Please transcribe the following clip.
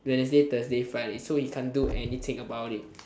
wednesday thursday friday so we can't do anything about it